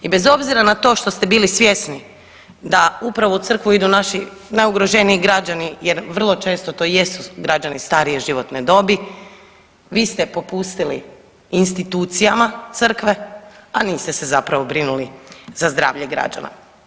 I bez obzira na to što ste bili svjesni da upravo u crkvu idu naši najugroženiji građani jer vrlo često to i jesu građani starije životne dobi, vi ste popustili institucijama crkve, a niste se zapravo brinuli za zdravlje građana.